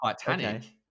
Titanic